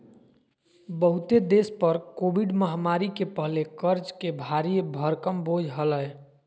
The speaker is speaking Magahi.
बहुते देश पर कोविड महामारी के पहले कर्ज के भारी भरकम बोझ हलय